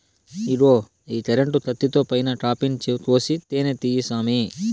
ఇగో ఈ కరెంటు కత్తితో పైన కాపింగ్ కోసి తేనే తీయి సామీ